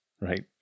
right